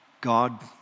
God